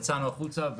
יצאנו החוצה,